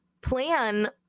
plan